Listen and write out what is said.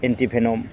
एनटि venom